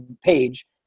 page